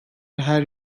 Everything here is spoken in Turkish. her